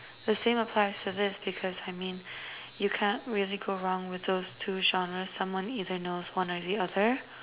the same apply to this because I mean you can't really go wrong with those two genres someone either knows one or the other